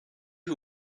who